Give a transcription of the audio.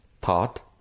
thought